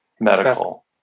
medical